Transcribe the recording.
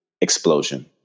explosion